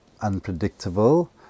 unpredictable